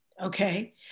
okay